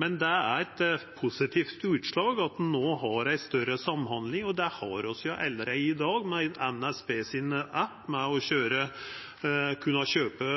Men det er eit positivt utslag at ein no har større samhandling, og det har vi allereie i dag med NSBs app, der ein kan kjøpa